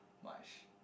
much